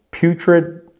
putrid